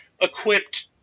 equipped